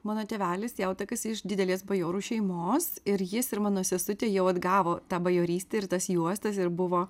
mano tėvelis jautakis iš didelės bajorų šeimos ir jis ir mano sesutė jau atgavo tą bajorystę ir tas juostas ir buvo